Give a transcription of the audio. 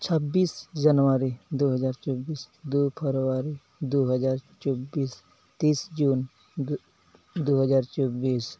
ᱪᱷᱟᱹᱵᱽᱵᱤᱥ ᱡᱟᱹᱱᱩᱣᱟᱹᱨᱤ ᱫᱩ ᱦᱟᱡᱟᱨ ᱪᱚᱵᱽᱵᱤᱥ ᱫᱩ ᱯᱷᱮᱵᱽᱨᱩᱣᱟᱨᱤ ᱫᱩ ᱦᱟᱡᱟᱨ ᱪᱚᱵᱽᱵᱤᱥ ᱛᱤᱥ ᱡᱩᱱ ᱫᱩ ᱦᱟᱡᱟᱨ ᱪᱚᱵᱽᱵᱤᱥ